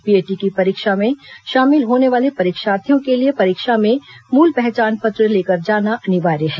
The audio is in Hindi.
पीएटी की परीक्षा में शामिल होने वाले परीक्षार्थियों के लिए परीक्षा में मूल पहचान पत्र लेकर आना अनिवार्य है